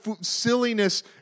silliness